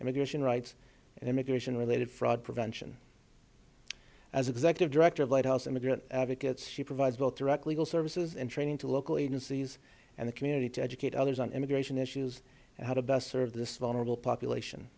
immigration rights and immigration related fraud prevention as executive director of white house immigrant advocates she provides both direct legal services and training to local agencies and the community to educate others on immigration issues and how to best serve this vulnerable population